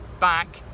back